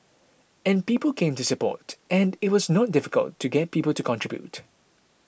and people came to support and it was not difficult to get people to contribute